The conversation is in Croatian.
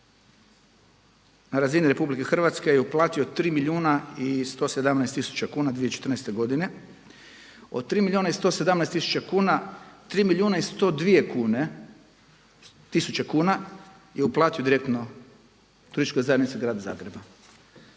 na razini RH je uplatio 3 milijuna i 117 tisuća kuna 2014. godine. Od 3 milijuna i 117 tisuća kuna 3 milijuna i 102 tisuće kuna je uplatio direktno Turističkoj zajednici grada Zagreba.